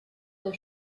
der